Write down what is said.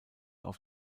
auf